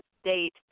state